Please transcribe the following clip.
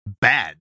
bad